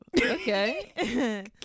okay